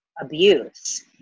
abuse